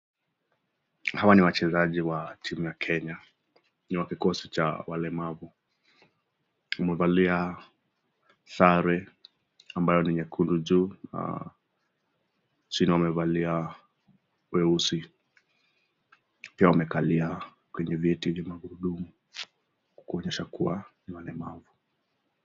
Hawa ni wachezaji wa timu ya Kenya, ni wa kikosi cha walemavu, wamevalia sare ambayo ni nyekundu juu, chini wamevalia weusi. Pia wamekalia kwenye viti vya magurdumu, kuonyesha kuwa ni walemavu.